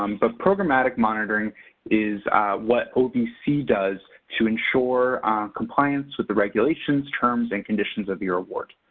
um but programmatic monitoring is what ovc does to ensure compliance with the regulations, terms, and conditions of your award.